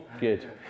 Good